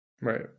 Right